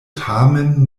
tamen